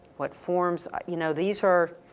what forms, you know, these are,